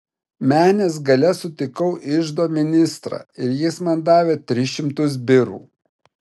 menės gale sutikau iždo ministrą ir jis man davė tris šimtus birų